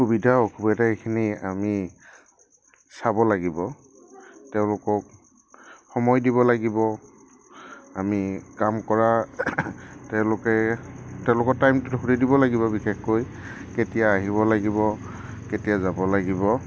সুবিধা অসুবিধা এইখিনি আমি চাব লাগিব তেওঁলোকক সময় দিব লাগিব আমি কাম কৰা তেওঁলোকে তেওঁলোকৰ টাইমটো ধৰি দিব লাগিব বিশেষকৈ কেতিয়া আহিব লাগিব কেতিয়া যাব লাগিব